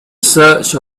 search